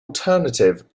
alternative